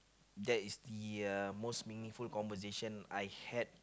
that is the uh most meaningful conversation I had